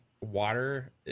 water